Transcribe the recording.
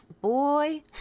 Boy